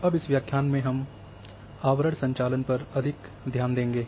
अब इस व्याख्यम में हम आवरण संचालन पर अधिक ध्यान देंगे